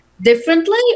differently